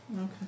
Okay